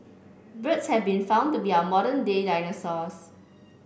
birds have been found to be our modern day dinosaurs